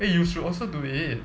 eh you should also do it